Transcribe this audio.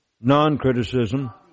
non-criticism